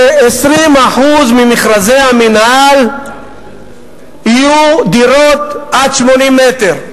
ש-20% ממכרזי המינהל יהיו דירות עד 80 מ"ר.